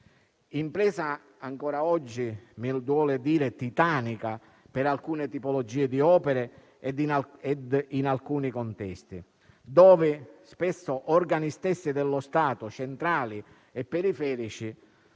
impresa ancora oggi - mi duole dirlo - titanica per alcune tipologie di opere e in alcuni contesti, dove organi stessi dello Stato (centrali e periferici)